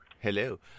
Hello